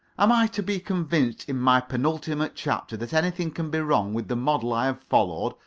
am i to be convinced in my penultimate chapter that anything can be wrong with the model i have followed?